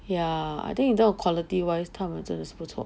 ya I think in term of quality wise 他们真的是不错